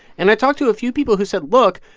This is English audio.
and i talked to a few people who said, look.